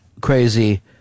crazy